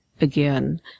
again